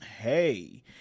hey